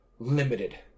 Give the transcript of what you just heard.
limited